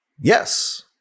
yes